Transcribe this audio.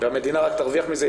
והמדינה רק תרוויח מזה,